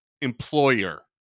employer